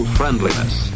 friendliness